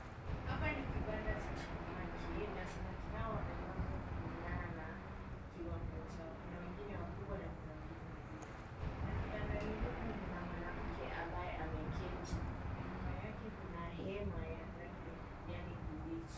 Hapa ni kibanda cha samaki na samaki hao wamepangwa kulingana na kiwango chao kuna wengine wakubwa na kuna wengine wadogo. Na kibandani humu mna mwanamke ambaye ameketi na nyuma yake kuna hema ya rangi ya kijani kibichi.